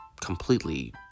completely